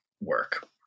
work